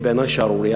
היא בעיני שערורייה.